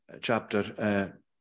chapter